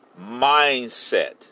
mindset